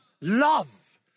love